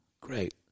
great